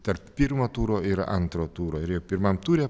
tarp pirmo turo ir antro turo ir jau pirmam ture